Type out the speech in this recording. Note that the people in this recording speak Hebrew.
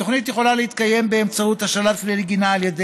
התוכנית יכולה להתקיים באמצעות השאלת כלי נגינה על ידי